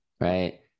right